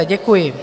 Děkuji.